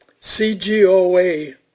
CGOA